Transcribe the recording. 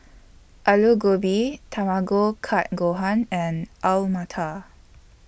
Alu Gobi Tamago Kake Gohan and Alu Matar